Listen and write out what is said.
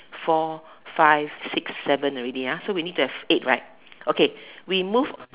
four five six seven already ah so we need to have eight right okay we move